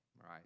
right